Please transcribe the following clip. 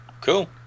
Cool